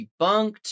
debunked